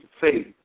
faith